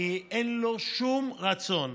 כי אין לו שום רצון,